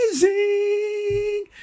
amazing